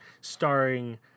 starring